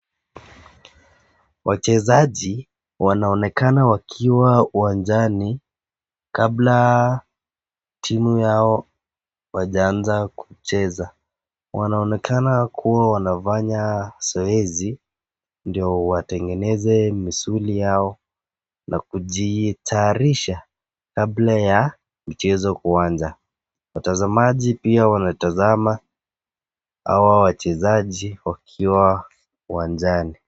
Wachezaji wanaonekana wakiwa uwanjani kabla timu yao hawajaanza kucheza. Wanaonekana kuwa wanafanya zoezi ndio watengeneze misuli yao na kujitayarisha kabla ya mchezo kuanza. Watazamaji pia wanatazama hawa wachezaji wakiwa uwanjani.